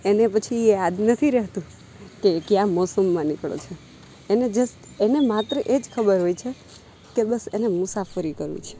એને પછી એ યાદ નથી રહેતું કે એ કયા મોસમમાં નીકળ્યો છે એને જે એને માત્ર એજ ખબર હોય છે કે બસ એણે મુસાફરી કરવી છે